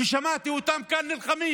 ושמעתי אותם נלחמים